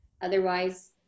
Otherwise